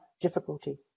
difficulty